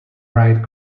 right